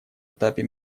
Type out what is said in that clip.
этапе